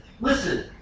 Listen